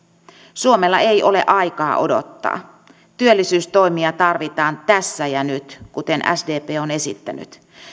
suomella ei ole aikaa odottaa työllisyystoimia tarvitaan tässä ja nyt kuten sdp on esittänyt